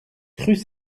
crut